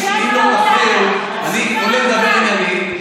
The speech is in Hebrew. אני עולה לדבר עניינית,